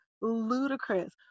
ludicrous